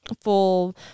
full